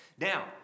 Now